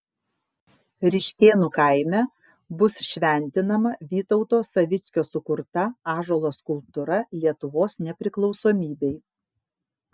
ryškėnų kaime bus šventinama vytauto savickio sukurta ąžuolo skulptūra lietuvos nepriklausomybei